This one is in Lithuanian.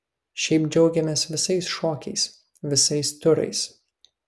šiaip džiaugiamės visais šokiais visais turais